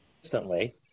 instantly